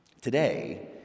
Today